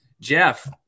Jeff